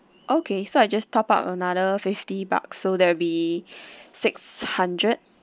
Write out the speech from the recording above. okay so I just top up another fifty bucks so that'll be six hundred